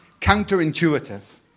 counterintuitive